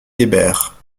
hébert